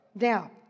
now